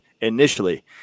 initially